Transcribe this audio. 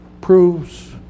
proves